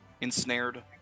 ensnared